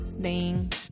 Ding